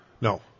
No